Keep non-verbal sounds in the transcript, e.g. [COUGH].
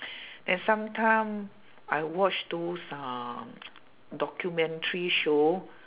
[BREATH] then sometime I watch those um documentary show